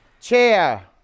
Chair